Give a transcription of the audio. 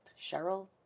Cheryl